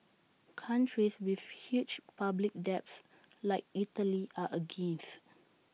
countries with huge public debts like Italy are against